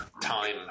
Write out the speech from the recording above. time